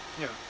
ya